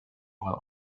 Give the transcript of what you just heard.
while